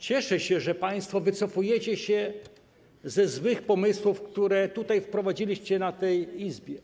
Cieszę się, że państwo wycofujecie się ze złych pomysłów, które wprowadziliście tutaj, w tej Izbie,